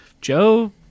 Joe